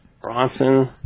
Bronson